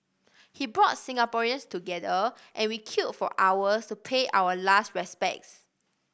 he brought Singaporeans together and we queued for hours to pay our last respects